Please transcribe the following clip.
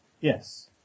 Yes